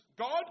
God